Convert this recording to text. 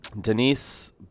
Denise